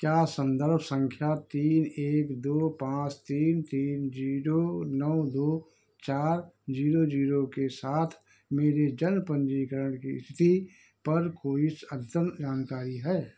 क्या सन्दर्भ सँख्या तीन एक दो पाँच तीन तीन ज़ीरो नौ दो चार ज़ीरो ज़ीरो के साथ मेरे जन्म पन्जीकरण की स्थिति पर कोई अद्यतन जानकारी है